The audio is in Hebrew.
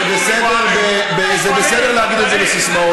מזל שהעם לא בוחר בכם,